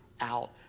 out